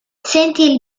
sentì